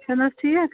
چھُ نہٕ حظ ٹھیٖک